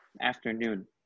afternoon